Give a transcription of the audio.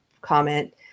comment